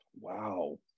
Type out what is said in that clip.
Wow